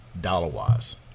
dollar-wise